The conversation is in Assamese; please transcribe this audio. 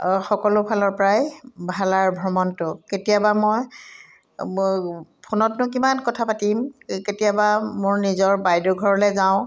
সকলো ফালৰপৰাই ভাল আৰু ভ্ৰমণটো কেতিয়াবা মই ফোনতনো কিমান কথা পাতিম কেতিয়াবা মোৰ নিজৰ বাইদেউ ঘৰলৈ যাওঁ